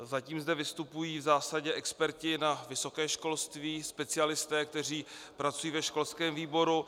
Zatím zde vystupují v zásadě experti na vysoké školství, specialisté, kteří pracují ve školském výboru.